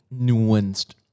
nuanced